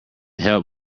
help